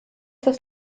das